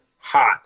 hot